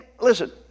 listen